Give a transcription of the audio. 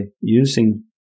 using